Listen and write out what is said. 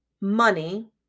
money